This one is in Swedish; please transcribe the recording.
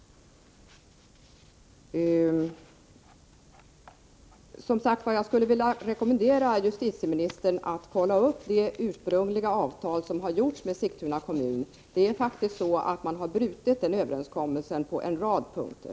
Jag skulle alltså vilja rekommendera justitieministern att kontrollera det ursprungliga avtal som har träffats med Sigtuna kommun. Överenskommelsen har faktiskt brutits på en rad punkter.